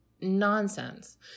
nonsense